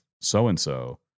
so-and-so